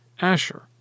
Asher